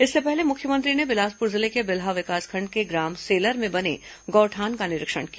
इससे पहले मुख्यमंत्री ने बिलासपुर जिले के बिल्हा विकासखंड के ग्राम सेलर में बने गौठान का निरीक्षण किया